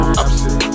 opposite